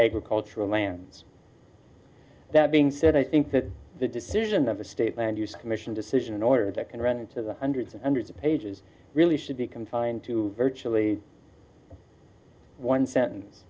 agricultural lands that being said i think that the decision of the state land use commission decision in order that can run into the hundreds and hundreds of pages really should be confined to virtually one sentance